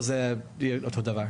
או שזה יהיה אותו דבר?